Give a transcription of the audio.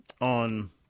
on